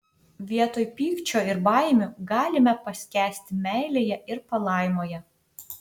vietoj pykčio ir baimių galime paskęsti meilėje ir palaimoje